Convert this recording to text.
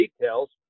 details